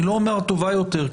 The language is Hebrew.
אני לא אומר טובה יותר,